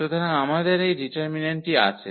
সুতরাং আমাদের এই ডিটারমিন্যান্টটি আছে